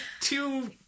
two